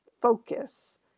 focus